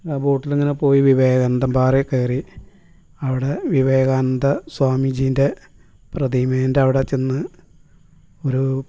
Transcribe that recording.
ആ ബോട്ടിലിങ്ങനെ പോയി വിവേകാനന്ദപാറ കയറി അവിടെ വിവേകാനന്ദ സ്വാമിജിൻ്റെ പ്രതിമെൻ്റവിടെ ചെന്ന് ഒരു